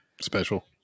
special